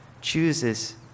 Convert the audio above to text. chooses